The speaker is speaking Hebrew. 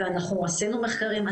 אנחנו עשינו מחקרים,